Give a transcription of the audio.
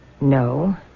No